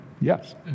Yes